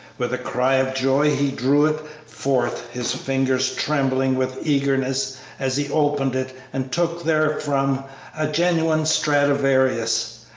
with a cry of joy he drew it forth, his fingers trembling with eagerness as he opened it and took therefrom a genuine stradivarius.